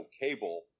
cable